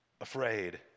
afraid